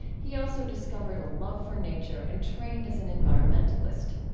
he also discovered a love for nature and trained as an environmentalist.